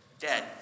Dead